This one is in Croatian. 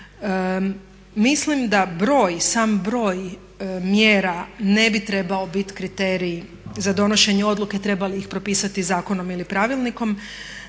Mislim da broj, sam broj mjera ne bi trebao biti kriterij za donošenje odluke treba li ih propisati zakonom ili pravilnikom